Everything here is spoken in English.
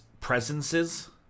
presences